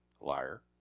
Liar